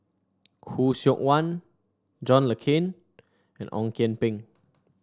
Khoo Seok Wan John Le Cain and Ong Kian Peng